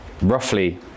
roughly